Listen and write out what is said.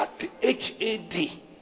H-A-D